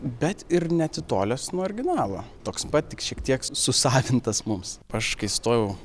bet ir neatitolęs nuo originalo toks pat tik šiek tiek susavintas mums aš kai stojau